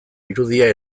irudia